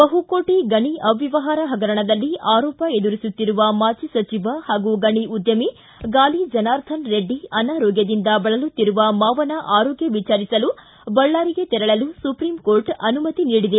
ಬಹುಕೋಟ ಗಣಿ ಅವ್ಕವಹಾರ ಪಗರಣದಲ್ಲಿ ಆರೋಪ ಎದುರಿಸುತ್ತಿರುವ ಮಾಜಿ ಸಚಿವ ಪಾಗೂ ಗಣಿ ಉದ್ಯಮಿ ಗಾಲಿ ಜನಾರ್ಧನ ರೆಡ್ಡಿ ಅನಾರೋಗ್ದದಿಂದ ಬಳಲುತ್ತಿರುವ ಮಾವನ ಆರೋಗ್ದ ವಿಚಾರಿಸಲು ಬಳ್ಳಾರಿಗೆ ತೆರಳಲು ಸುಪ್ರೀಂಕೋರ್ಟ್ ಅನುಮತಿ ನೀಡಿದೆ